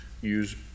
use